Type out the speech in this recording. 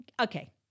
okay